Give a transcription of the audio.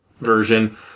version